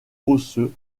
osseux